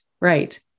Right